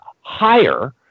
higher